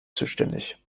zuständig